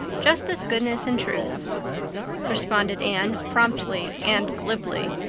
justice, goodness, and truth responded anne promptly and glibly.